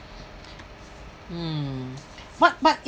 mm but but if